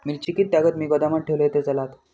मिरची कीततागत मी गोदामात ठेवलंय तर चालात?